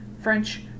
French